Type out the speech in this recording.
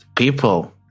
people